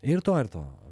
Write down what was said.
ir to ir to